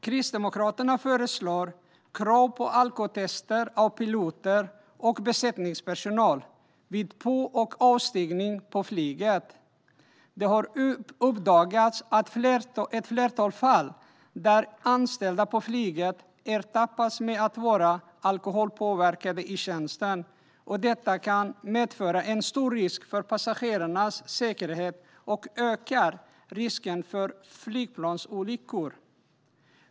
Kristdemokraterna föreslår krav på alkotester av piloter och besättningspersonal vid på och avstigning på flyget. Det har uppdagats ett flertal fall där anställda på flyget ertappats med att vara alkoholpåverkade i tjänsten. Detta kan medföra en stor risk för passagerarnas säkerhet och ökar risken för flygplansolyckor.